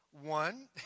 one